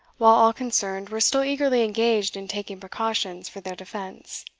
while all concerned were still eagerly engaged in taking precautions for their defence.